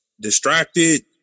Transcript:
distracted